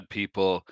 People